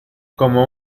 como